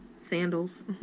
sandals